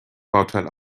bauteil